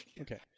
Okay